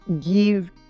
give